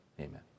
Amen